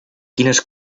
quines